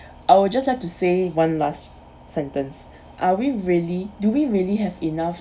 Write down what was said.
I will just like to say one last sentence are we really do we really have enough